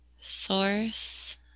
source